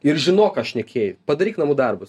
ir žinok ką šnekėjai padaryk namų darbus